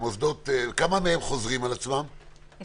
כמה מהם חוזרים על העבירה?